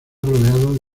rodeado